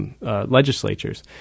legislatures